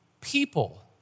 people